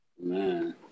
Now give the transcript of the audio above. Man